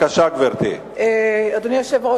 אדוני היושב-ראש,